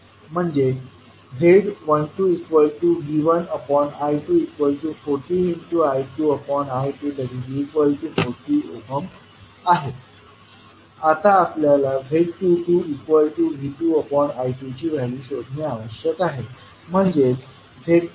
म्हणजे z12V1I240I2I2 40 आहे आता आपल्याला z22V2I2 ची व्हॅल्यू शोधणे आवश्यक आहे म्हणजे